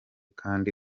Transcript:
kandi